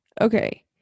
okay